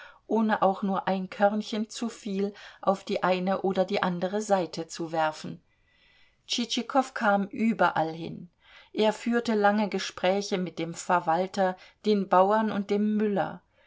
ohne auch nur ein körnchen zuviel auf die eine oder die andere seite zu werfen tschitschikow kam überall hin er führte lange gespräche mit dem verwalter den bauern und dem müller